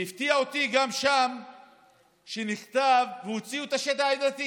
והפתיע אותי שהוציאו את השד העדתי